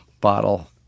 bottle